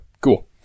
cool